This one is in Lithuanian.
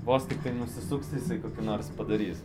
vos tik nusisuksi jisai kokį nors padarys